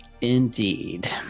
Indeed